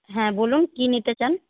হ্যাঁ বলুন কী নিতে চান